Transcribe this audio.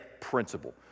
principle